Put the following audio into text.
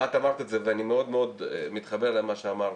את אמרת את זה, ואני מאוד מאוד מתחבר למה שאמרת: